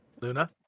Luna